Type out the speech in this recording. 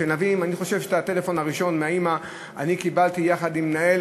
אני חושב שאת הטלפון הראשון מהאימא אני קיבלתי ממנהל